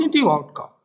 outcome